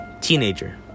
teenager